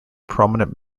prominent